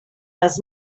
les